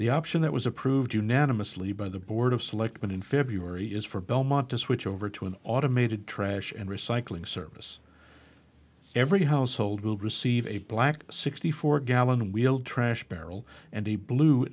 the option that was approved unanimously by the board of selectmen in february is for belmont to switch over to an automated trash and recycling service every household will receive a black sixty four gallon wheeled trash barrel and a blue